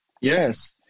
Yes